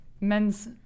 men's